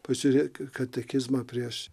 pažiūrėk į katekizmą prieš